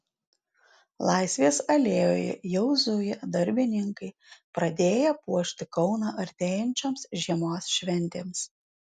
laisvės alėjoje jau zuja darbininkai pradėję puošti kauną artėjančioms žiemos šventėms